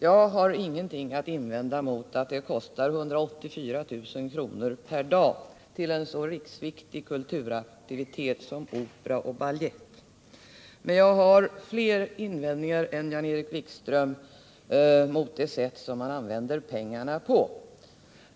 Jag har ingenting att invända emot att det kostar 184 000 kr. per dag att ha en så riksviktig kulturaktivitet som opera och balett. Men jag har flera invändningar än Jan-Erik Wikström har mot det sätt på vilket man använder pengarna.